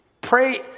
Pray